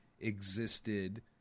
existed